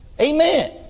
Amen